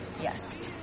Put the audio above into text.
Yes